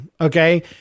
Okay